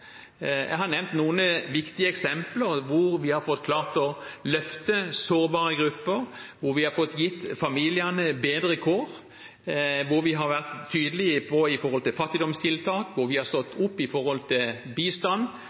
Jeg har nevnt noen viktige eksempler hvor vi har klart å løfte sårbare grupper, hvor vi har fått gitt familiene bedre kår, hvor vi har vært tydelige på fattigdomstiltak, og hvor vi har stått opp for bistand,